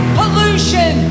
pollution